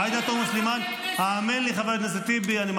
אי-אפשר ככה לאיים על חברי כנסת.